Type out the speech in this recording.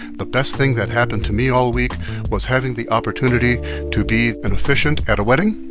the best thing that happened to me all week was having the opportunity to be an officiant at a wedding.